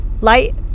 Light